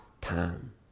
time